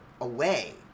away